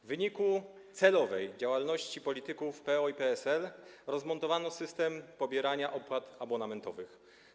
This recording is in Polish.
W wyniku celowej działalności polityków PO i PSL rozmontowano system pobierania opłat abonamentowych.